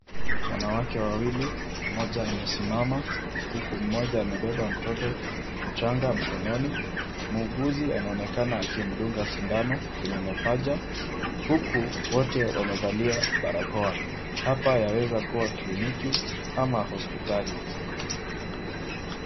Wanawake wawili, mmoja amesimama huku mmoja amebeba mtoto mchanga mkononi .Muuguzi anaonekana akimdunga sindano kwenye mapaja huku wote wamevalia barakoa .Hapa yaweza kuwa kliniki ama hospitali.